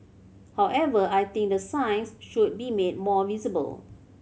however I think the signs should be made more visible